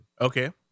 okay